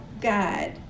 God